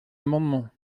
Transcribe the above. amendement